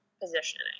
positioning